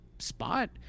spot